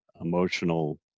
emotional